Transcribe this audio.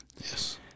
Yes